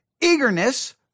eagerness